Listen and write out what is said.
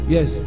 Yes